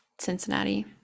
cincinnati